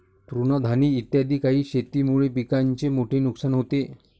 तृणधानी इत्यादी काही शेतीमुळे पिकाचे मोठे नुकसान होते